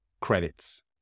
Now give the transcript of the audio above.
credits